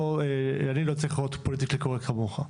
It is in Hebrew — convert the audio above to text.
אני לא צריך להיות פוליטיקלי קורקט כמוך.